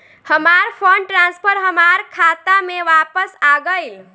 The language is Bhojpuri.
हमार फंड ट्रांसफर हमार खाता में वापस आ गइल